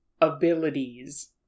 abilities